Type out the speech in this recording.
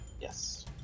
Yes